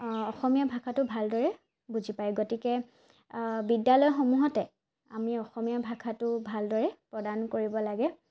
অসমীয়া ভাষাটো ভালদৰে বুজি পায় গতিকে বিদ্যালয়সমূহতে আমি অসমীয়া ভাষাটো ভালদৰে প্ৰদান কৰিব লাগে